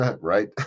right